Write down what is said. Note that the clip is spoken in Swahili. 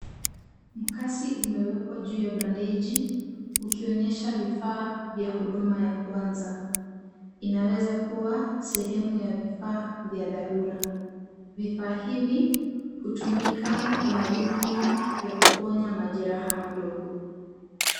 Mkasi umewekwa juu ya bandeji ukionyesha vifaa vya huduma ya kwanza. Inaweza kuwa sehemu ya vifaa vya dharura. Vifaa hivi hutumika kwa madhumni ya kuponya majeraha madogo.